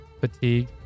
Fatigue